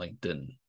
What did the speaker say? LinkedIn